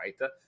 right